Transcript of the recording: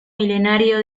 milenario